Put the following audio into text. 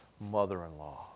mother-in-law